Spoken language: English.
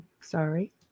Sorry